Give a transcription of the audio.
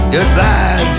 Goodbye